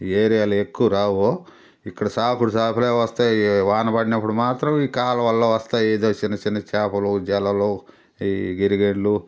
ఈ ఏరియాలో ఎక్కువ రావు ఇక్కడ సాగుడి చేపలే వస్తాయి వానపడ్నప్పుడు మాత్రం ఈ కాలవల్లో వస్తాయి ఏదో చిన్నచిన్న చేపలూ జల్లలూ ఈ గెరిగెండ్లు